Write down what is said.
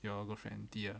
your girlfriend inthia ah